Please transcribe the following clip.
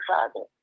Father